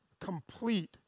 complete